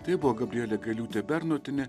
tai buvo gabrielė gailiūtė bernotienė